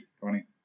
Tony